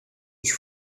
was